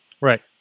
Right